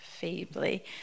feebly